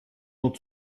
nur